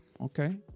okay